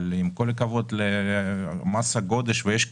אבל עם כל הכבוד למס הגודש, ויש כבוד,